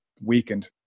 weakened